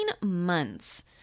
months